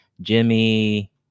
Jimmy